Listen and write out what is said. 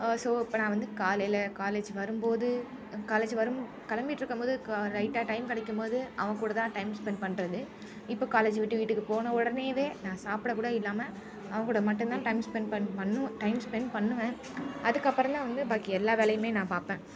so இப்போ நான் வந்து காலையில காலேஜ் வரும்போது காலேஜ் வரும் கிளம்பிட்ருக்கம்போது க லைட்டாக டைம் கிடைக்கும்போது அவன்கூடதான் டைம் ஸ்பெண்ட் பண்ணுறது இப்போ காலேஜ் விட்டு வீட்டுக்கு போன உடனேவே நான் சாப்பிடக்கூட இல்லாமல் அவன்கூட மட்டுந்தான் டைம் ஸ்பெண்ட் பண்ணு பண்ணுவேன் அதுக்கப்புறந்தான் வந்து பாக்கி எல்லா வேலையுமே நான் பார்ப்பேன்